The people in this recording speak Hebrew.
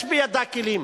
יש בידה כלים